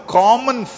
common